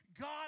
God